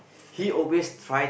correct